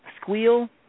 squeal